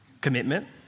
Commitment